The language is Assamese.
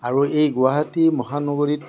আৰু এই গুৱাহাটী মহানগৰীত